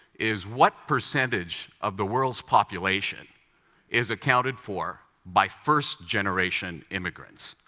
is what percentage of the world's population is accounted for by first-generation immigrants?